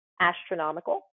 astronomical